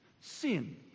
Sin